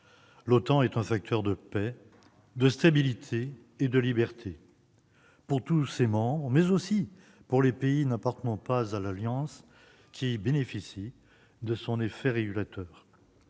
L'OTAN est un facteur de paix, de stabilité et de liberté pour tous ses membres, mais aussi pour les pays n'appartenant pas à l'Alliance atlantique, qui bénéficient de son effet régulateur.